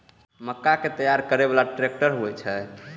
मक्का कै तैयार करै बाला ट्रेक्टर होय छै?